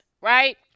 right